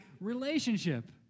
relationship